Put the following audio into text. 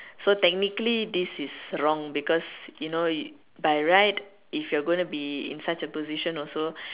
so technically this is wrong because you know you by right if you're going to be in such a position also